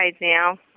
now